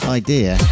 idea